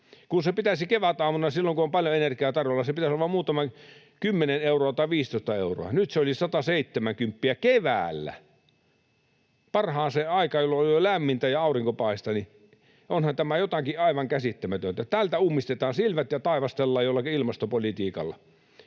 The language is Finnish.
kun kevätaamuna, silloin kun on paljon energiaa tarjolla, sen pitäisi olla vain 10 euroa tai 15 euroa. Nyt kun se oli 170 keväällä, parhaaseen aikaan, jolloin on jo lämmintä ja aurinko paistaa, niin onhan tämä jotakin aivan käsittämätöntä. Tältä ummistetaan silmät ja taivastellaan jollakin ilmastopolitiikalla.